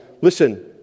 listen